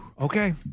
okay